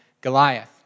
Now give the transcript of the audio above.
Goliath